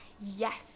yes